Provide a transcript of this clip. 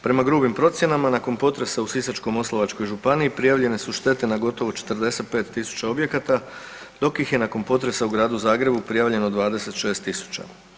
Prema grubim procjenama nakon potresa u Sisačko-moslavačkoj županiji prijavljene su štete na gotovo 45000 objekata, dok ih je nakon potresa u gradu Zagrebu prijavljeno 26000.